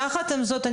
יחד עם זאת,